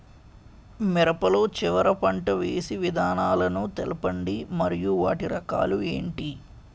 మిరప లో చివర పంట వేసి విధానాలను తెలపండి మరియు వాటి రకాలు ఏంటి